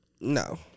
No